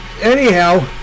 Anyhow